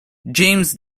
james